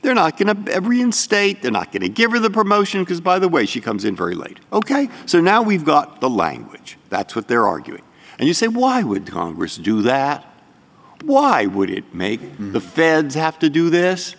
they're not going to reinstate they're not going to give you the promotion because by the way she comes in very late ok so now we've got the language that's what they're arguing and you say why would congress do that why would it make the feds have to do this